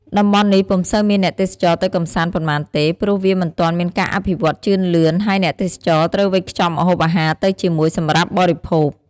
តំបន់នេះពុំសូវមានអ្នកទេសចរទៅកម្សាន្តប៉ុន្មានទេ ព្រោះវាមិនទាន់មានការអភិវឌ្ឍជឿនលឿន ហើយអ្នកទេសចរត្រូវវេចខ្ចប់ម្ហូបអាហារទៅជាមួយសម្រាប់បរិភោគ។